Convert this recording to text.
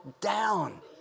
down